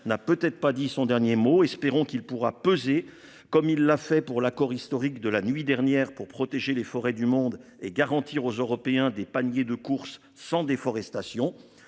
n'a peut-être pas dit son dernier mot. Espérons qu'il pourra peser comme il l'a fait pour l'accord historique de la nuit dernière pour protéger les forêts du monde et garantir aux Européens des paniers de courses sans déforestation